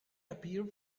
appear